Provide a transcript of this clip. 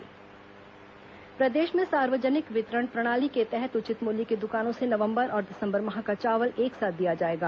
PDS चावल प्रदेश में सार्वजनिक वितरण प्रणाली के तहत उचित मूल्य की दुकानों से नवंबर और दिसंबर माह का चावल एक साथ दिया जाएगा